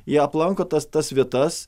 ją aplanko tas tas vietas